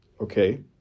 Okay